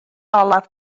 olaf